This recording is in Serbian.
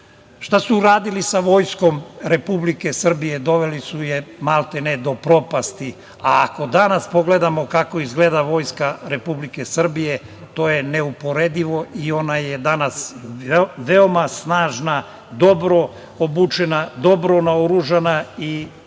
su uradili sa Vojskom Republike Srbije? Doveli su je maltene do propasti, a ako danas pogledamo kako izgleda Vojska Republike Srbije, to je neuporedivo. Ona je danas veoma snažna, dobro obučena, dobro naoružana i faktor